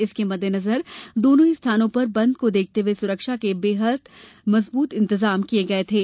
इसके मद्देनजर दोनों ही स्थानों पर बंद को देखते हुए सुरक्षा के अभूतपूर्व इंतजाम किए गए थे